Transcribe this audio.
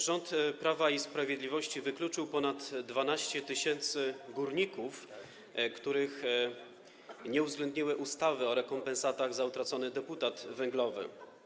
Rząd Prawa i Sprawiedliwości wykluczył ponad 12 tys. górników, których nie uwzględniły ustawy o rekompensatach za utracony deputat węglowy.